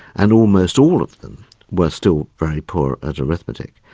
and almost all of them were still very poor at arithmetic.